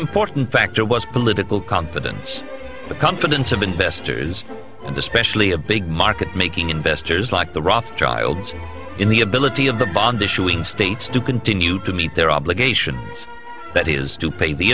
important factor was political confidence the confidence of investors and especially a big market making investors like the rothschilds in the ability of the bond issue in states to continue to meet their obligations that is to pay the